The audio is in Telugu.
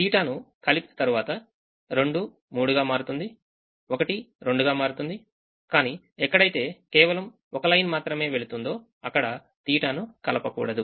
తీట θ ను కలిపిన తర్వాత 2 3 గా మారుతుంది1 2 గా మారుతుంది కానీ ఎక్కడైతే కేవలం ఒక లైన్ మాత్రమే వెళుతుందో అక్కడ తీట θ ను కలపకూడదు